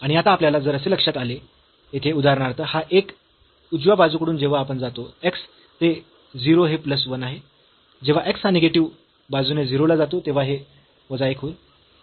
आणि आता आपल्याला जर असे लक्षात आले येथे उदाहरणार्थ हा एक उजव्या बाजूकडून जेव्हा आपण जातो x ते 0 हे प्लस 1 आहे जेव्हा x हा निगेटिव्ह बाजूने 0 ला जातो तेव्हा हे वजा 1 होईल